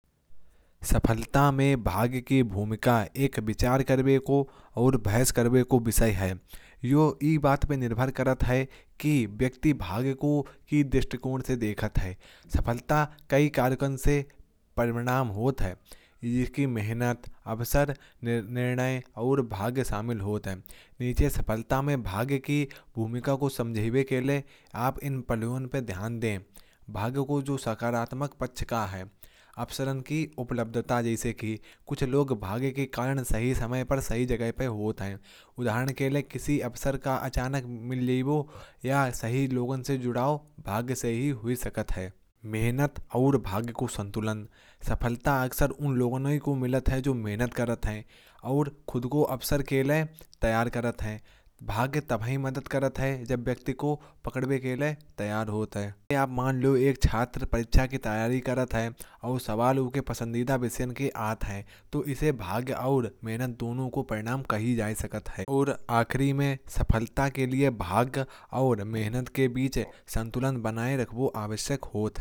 सफलता में भाग्य की भूमिका एक विचार करने को ओऱ भैंस करबे को विषय है। वही बात पर निर्भर करता है कि व्यक्ति भाग्य को की दृष्टिकोण से देखत है। सफलता कई कार्यक्रम से परिणाम होता है। यह की मेहनत प्रयास निर्णय ओऱ भाग्य शामिल होते हैं। विजय सफलता में भाग्य की भूमिका को समझाइए अकेले आ पिंपल उन पर ध्यान दें। भाग्य को जो सकारात्मक पक्ष का है अब शरण की उपलब्धता। जैसे कि कुछ लोग भाग्य के कारण सही समय पर सही जगह पर होता है। उदाहरण के लिए किसी अवसर का अचानक मिली। वह या सही लोगों से जुड़ाव भाग्य सही हुई ताकत है। मेहनत ओऱ भाग्य को संतुलन सफलता अक्सर उन लोगों ने ही को मिलत है। जो मेहनत करता है ओऱ खुद को अवसर के लिए तैयार करत है। भाग्य तब ही मदद करत है जब व्यक्ति को पकड़ने के लिए तैयार होता है। कि आप मान लो एक छात्र परीक्षा की तैयारी करा था ओऱ सवालों के पसंद है। मिशन की याद है तो इसे भाग्य ओऱ मेहनत दोनों को प्रणाम कहीं जय सकैत है। ओऱ आखिरी में सफलता के लिए भाग्य ओऱ मेहनत के बीच संतुलन बनाए रखना आवश्यक हो।